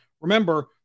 Remember